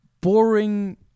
boring